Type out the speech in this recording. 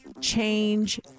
change